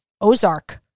Ozark